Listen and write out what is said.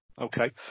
Okay